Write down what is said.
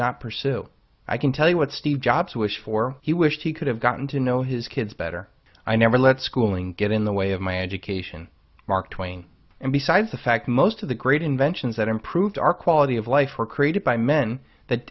not pursue i can tell you what steve jobs was for he wished he could have gotten to know his kids better i never let schooling get in the way of my education mark twain and besides the fact most of the great inventions that improve our quality of life were created by men that